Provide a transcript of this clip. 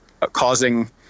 causing